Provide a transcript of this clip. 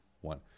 one